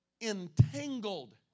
entangled